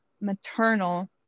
maternal